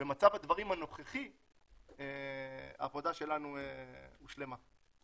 במצב הדברים הנוכחי העבודה שלנו הושלמה.